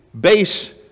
base